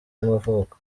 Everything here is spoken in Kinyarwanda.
y’amavuko